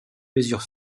mesure